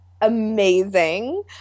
amazing